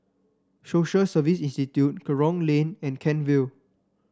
Social Service Institute Kerong Lane and Kent Vale